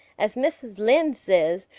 as mrs. lynde says,